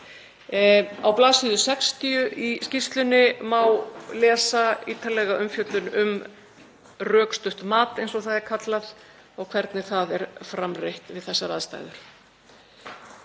Á bls. 60 í skýrslunni má lesa ítarlega umfjöllun um rökstutt mat, eins og það er kallað, og hvernig það er framreitt við þessar aðstæður.